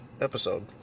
episode